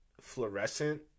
fluorescent